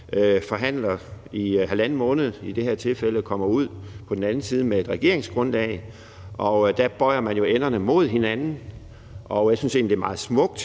i halvanden måned, og kommer ud på den anden side med et regeringsgrundlag, og der bøjer man jo enderne mod hinanden. Jeg synes egentlig, det er meget smukt,